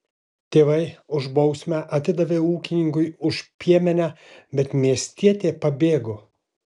tėvai už bausmę atidavė ūkininkui už piemenę bet miestietė pabėgo